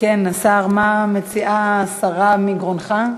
כן, השר, מה מציעה השרה מגרונך?